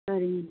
சரிங்க